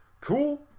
cool